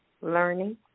Learning